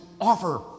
offer